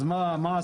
אז מה עשינו?